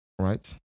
right